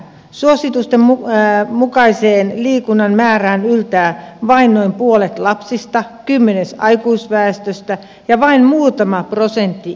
suositusten mukaiseen liikunnan määrään yltää vain noin puolet lapsista kymmenennes aikuisväestöstä ja vain muutama prosentti ikäihmisistä